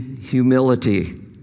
humility